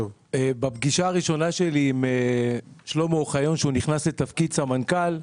בפגישה הראשונה שלי עם שלמה אוחיון עת נכנס לתפקיד סמנכ"ל,